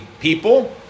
people